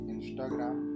Instagram